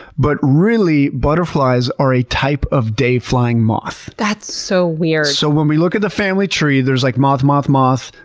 but really butterflies are a type of day-flying moth. that's so weird! so when we look at the family tree, there's like moth, moth, moth,